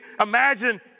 imagine